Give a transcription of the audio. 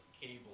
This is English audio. cable